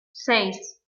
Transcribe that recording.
seis